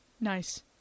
Nice